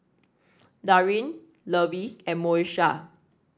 Darin Lovey and Moesha